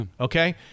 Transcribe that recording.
Okay